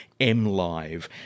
mlive